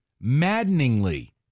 maddeningly